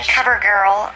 CoverGirl